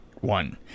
one